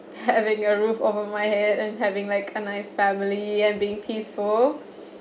having a roof over my head and having like a nice family and being peaceful